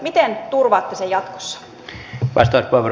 miten turvaatte sen jatkossa